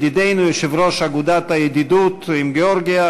ידידנו יושב-ראש אגודת הידידות עם גאורגיה,